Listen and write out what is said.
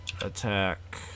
Attack